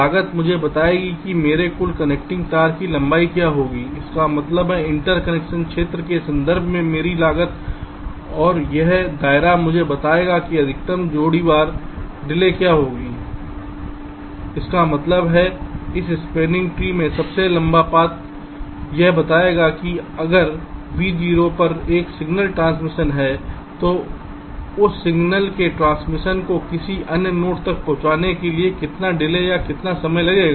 लागत मुझे बताएगी कि मेरे कुल कनेक्टिंग तार की लंबाई क्या होगी इसका मतलब है इंटरकनेक्शन क्षेत्र के संदर्भ में मेरी लागत और यह दायरा मुझे बताता है कि अधिकतम जोड़ी वार डिले क्या होगी इसका मतलब है इस स्पॅनिंग ट्री में सबसे लंबा पाथ जो यह बताएगा कि अगर v0 पर एक सिग्नल ट्रांजीशन है तो उस सिग्नल के ट्रांजीशन को किसी अन्य नोड तक पहुंचने में कितना डिले या कितना समय लगेगा